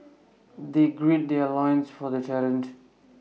they gird their loins for the challenge